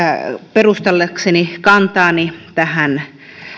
perustellakseni kantaani tähän